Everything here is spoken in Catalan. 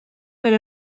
per